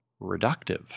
reductive